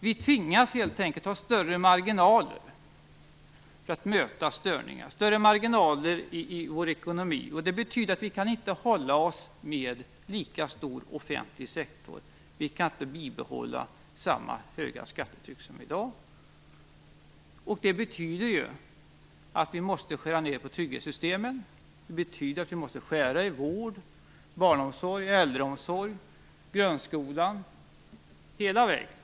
Vi tvingas helt enkelt att ha större marginaler för att möta störningar, större marginaler i vår ekonomi. Det betyder att vi inte kan hålla oss med en lika stor offentlig sektor. Vi kan inte bibehålla samma höga skattetryck som i dag. Det betyder ju att vi måste skära ned på trygghetssystemen; på vård, barnomsorg, äldreomsorg, grundskola och hela vägen.